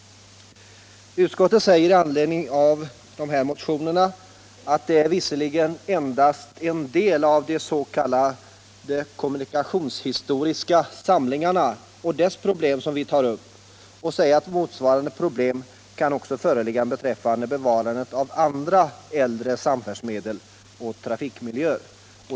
Utskottet säger i anledning av dessa motioner att det visserligen endast är en del av de s.k. kommunikationshistoriska samlingarna och deras problem som vi tar upp och det menar att motsvarande problem också kan föreligga beträffande bevarandet av andra äldre samfärdsmedel och trafikmiljöer.